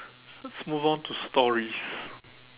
let's move on to stories